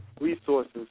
resources